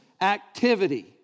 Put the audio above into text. activity